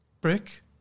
Brick